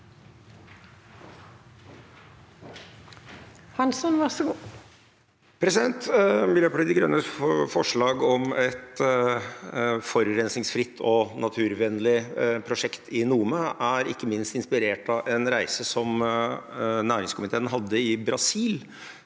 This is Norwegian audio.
Hansson (MDG) Miljøpartiet De Grønnes forslag om et forurensningsfritt og naturvennlig prosjekt i Nome er ikke minst inspirert av en reise som næringskomiteen hadde i Brasil